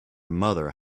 mother